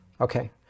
Okay